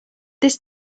this